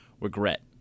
regret